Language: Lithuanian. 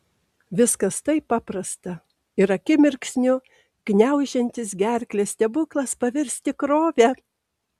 viskas taip paprasta ir akimirksniu gniaužiantis gerklę stebuklas pavirs tikrove